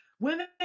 women